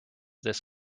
this